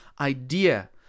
idea